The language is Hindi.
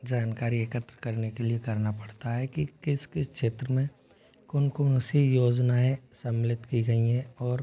जानकारी एकत्र करने के लिए करना पड़ता है कि किस किस क्षेत्र में कौन कौन सी योजनाएँ सम्मिलित की गई हैं और